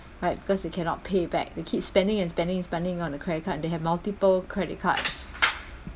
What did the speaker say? right because they cannot pay back they keep spending and spending and spending on the credit card and they have multiple credit cards